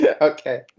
Okay